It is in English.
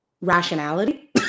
rationality